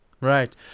Right